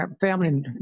family